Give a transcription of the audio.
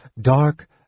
dark